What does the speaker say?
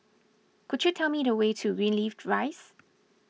could you tell me the way to Greenleaf Rise